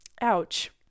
ouch